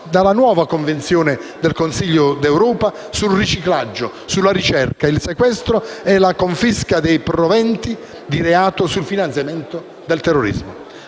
dalla nuova Convenzione del Consiglio d'Europa sul riciclaggio, la ricerca, il sequestro e la confisca dei proventi di reato sul finanziamento del terrorismo.